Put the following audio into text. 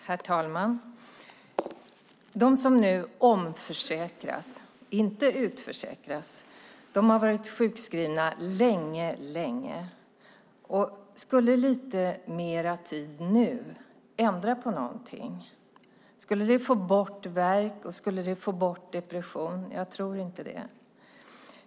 Herr talman! De som nu omförsäkras, inte utförsäkras, har varit sjukskrivna länge. Skulle lite mer tid nu ändra på någonting? Skulle det få bort värk? Skulle det få bort depression? Jag tror inte det.